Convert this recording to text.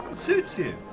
suits you.